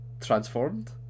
Transformed